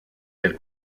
del